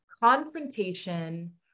confrontation